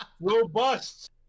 robust –